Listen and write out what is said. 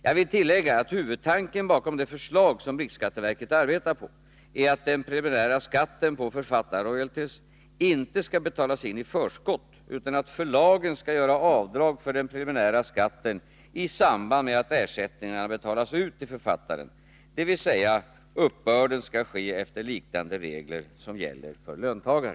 Jag vill tillägga att huvudtanken bakom det förslag som riksskatteverket arbetar på är att den preliminära skatten på författarroyalties inte skall betalas in i förskott utan att förlagen skall göra avdrag för den preliminära skatten i samband med att ersättningarna betalas ut till författaren, dvs. uppbörden skall ske efter liknande regler som gäller för löntagare.